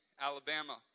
Alabama